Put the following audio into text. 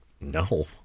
no